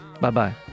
Bye-bye